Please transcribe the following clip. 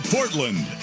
Portland